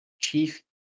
Chief